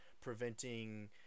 preventing